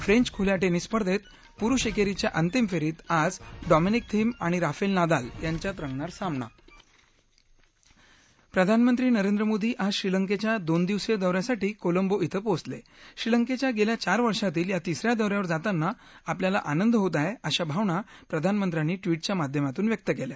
French खुल्या tennis स्पर्धेत पुरुष एक्सीच्या अंतिम फ्रीत आज डॉमनिक थीम आणि राफल्ल नदाल यांच्यात रंगणार सामना प्रधानमंत्री नरेंद्र मोदी आज श्रीलंक्छ्या दोन दिवसीय दौ यासाठी कोलंबो इथं पोहचल श्रीलंक्छ्या गस्त्रा चार वर्षातील या तिस या दौ यावर जाताना आपल्याला आंनद होत आहञिशा भावना प्रधानमंत्र्यांनी ट्विटच्या माध्यमातून व्यक्त कल्या